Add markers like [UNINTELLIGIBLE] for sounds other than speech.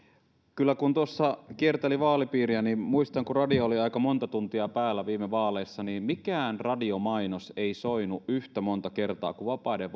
kyllä kun tuossa kierteli vaalipiiriä niin muistan kun radio oli aika monta tuntia päällä viime vaaleissa että mikään radiomainos ei soinut yhtä monta kertaa kuin vapaiden [UNINTELLIGIBLE]